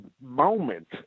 moment